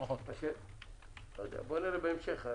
נראה בהמשך.